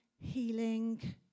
healing